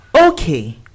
Okay